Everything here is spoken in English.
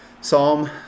Psalm